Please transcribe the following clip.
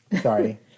Sorry